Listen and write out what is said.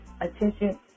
attention